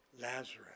Lazarus